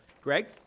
Greg